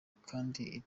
kandi